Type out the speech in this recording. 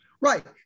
Right